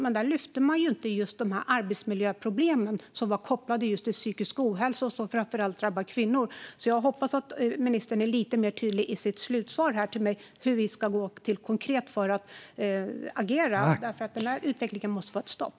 Men där lyfte man inte fram arbetsmiljöproblemen som just var kopplade till psykisk ohälsa som framför allt drabbar kvinnor. Jag hoppas att ministern är lite mer tydlig i sitt slutsvar här till mig om hur vi ska gå till väga konkret för att agera. Den här utvecklingen måste få ett stopp.